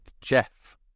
Jeff